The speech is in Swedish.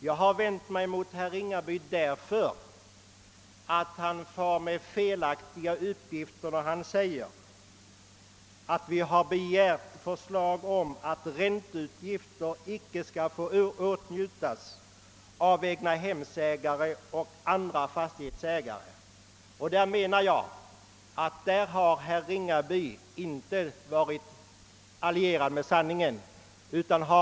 Jag har vänt mig mot herr Ringaby därför att han kommer med felaktiga uppgifter då han säger att vi har begärt förslag om att rätten till ränteavdrag icke skall få utnyttjas av egnahemsägare och andra fastighetsägare. Därvidlag har herr Ringaby enligt min mening inte hållit sig till sanningen.